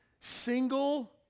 single